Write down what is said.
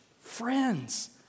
Friends